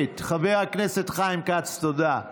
הח"כים יושבים בשקט.